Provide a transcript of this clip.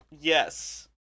Yes